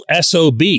SOB